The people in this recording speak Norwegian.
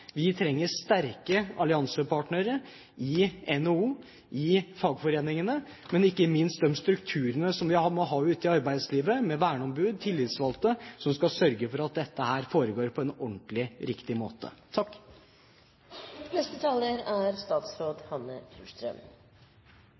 Vi trenger sterke alliansepartnere – i NHO, i fagforeningene – men ikke minst trenger vi de strukturene som vi har ute i arbeidslivet, med verneombud og tillitsvalgte, som skal sørge for at dette foregår på en ordentlig og riktig måte.